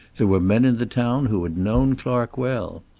there were men in the town who had known clark well.